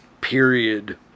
period